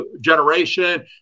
generation